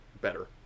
better